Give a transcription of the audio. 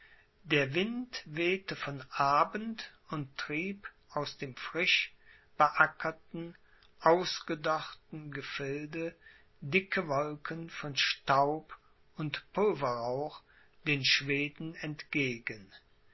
der wind wehte von abend und trieb aus dem frisch beackerten ausgedörrten gefilde dicke wolken von staub und pulverrauch den schweden entgegen